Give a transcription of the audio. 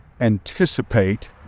anticipate